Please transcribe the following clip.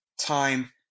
time